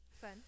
Fun